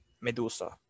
Medusa